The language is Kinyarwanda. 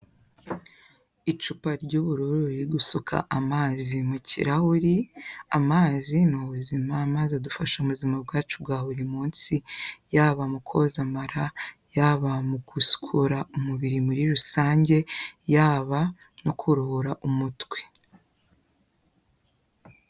Icupa ry'ubururu riri gusuka amazi mu kirahuri, amazi ni ubuzima, amazi adufasha mu buzima bwacu bwa buri munsi, yaba mu koza amara, yaba mu gusukura umubiri muri rusange, yaba no kuruhura umutwe.